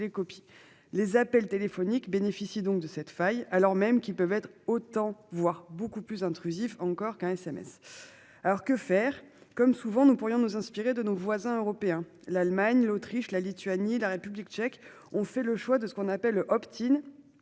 Les appels téléphoniques bénéficient donc de cette faille alors même qu'ils peuvent être autant voire beaucoup plus intrusif encore qu'un SMS. Alors que faire. Comme souvent, nous pourrions nous inspirer de nos voisins européens, l'Allemagne, l'Autriche, la Lituanie, la République tchèque. On fait le choix de ce qu'on appelle le Optile.